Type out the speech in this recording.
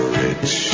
rich